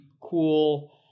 cool